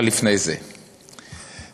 אבל לפני זה, תראו: